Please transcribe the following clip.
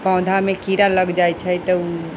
पौधा मे कीड़ा लग जाइ छै तऽ ओ